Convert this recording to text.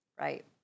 Right